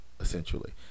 essentially